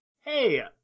Hey